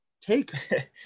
take